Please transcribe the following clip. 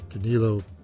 Danilo